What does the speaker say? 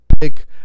pick